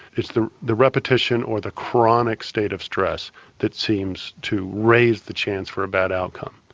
it's the the repetition or the chronic state of stress that seems to raise the chance for a bad outcome.